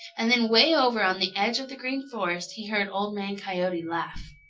and then way over on the edge of the green forest he heard old man coyote laugh.